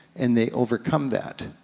and they overcome that.